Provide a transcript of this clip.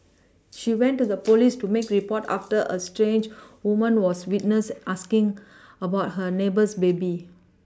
she went to the police to make a report after a strange woman was witnessed asking about her neighbour's baby